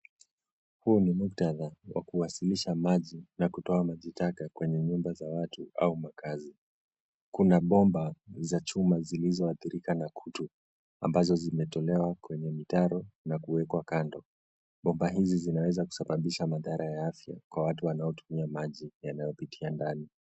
Huu ni muktadha wa kuwasilisha maji na kutoa maji taka kwenye nyumba za watu au makazi. Kuna bomba za chuma zilizoadhirika na kutu ambazo zimetolewa kwenye mtaro na kuwekwa kando. Bomba hizi zinaweza kusababisha madhara ya afya kwa watu wanaotumia maji yanayopitia ndani.